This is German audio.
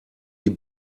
die